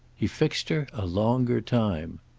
he fixed her a longer time.